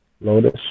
Lotus